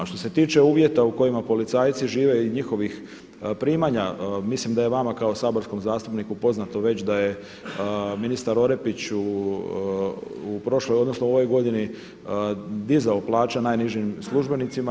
A što se tiče uvjeta u kojima policajci žive i njihovih primanja mislim da je vama kao saborskom zastupniku poznato već da je ministar Orepić u prošloj, odnosno ovoj godini dizao plaće najnižim službenicima.